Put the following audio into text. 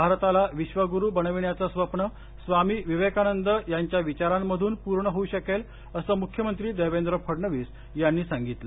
भारताला विक्षगुरु बनविण्याचे स्वप्न स्वामी विवेकानंद यांच्या विचारांमधूनच पूर्ण होऊ शकेल असं मुख्यमंत्री देवेंद्र फडणवीस यांनी सांगितलं